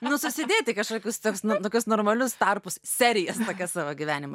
nu susidėti kažkokius taps nu tokius normalius tarpus serijas tokias savo gyvenime